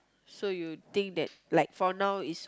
so you think that like for now is